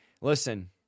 Listen